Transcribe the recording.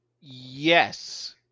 Yes